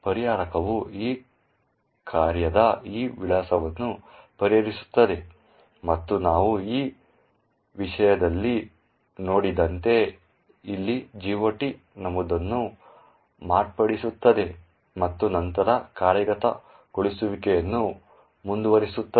ಪರಿಹಾರಕವು ಈ ಕಾರ್ಯದ ಈ ವಿಳಾಸವನ್ನು ಪರಿಹರಿಸುತ್ತದೆ ಮತ್ತು ನಾವು ಈ ವಿಷಯದಲ್ಲಿ ನೋಡಿದಂತೆ ಇಲ್ಲಿ GOT ನಮೂದನ್ನು ಮಾರ್ಪಡಿಸುತ್ತದೆ ಮತ್ತು ನಂತರ ಕಾರ್ಯಗತಗೊಳಿಸುವಿಕೆಯನ್ನು ಮುಂದುವರಿಸುತ್ತದೆ